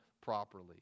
properly